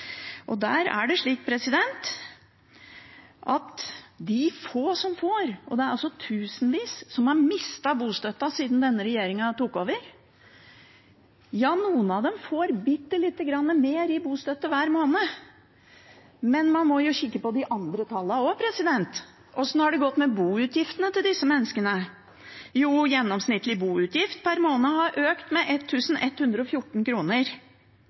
år. Der er det slik at noen av de få som får – og det er altså tusenvis som har mistet bostøtten siden denne regjeringen tok over – får bitte lite grann mer i bostøtte hver måned. Men man må jo kikke på de andre tallene også. Hvordan har det gått med boutgiftene til disse menneskene? Jo, gjennomsnittlig boutgift per måned har økt med